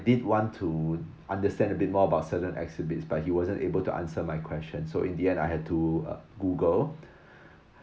did want to understand a bit more about certain exhibits but he wasn't able to answer my question so in the end I had to uh Google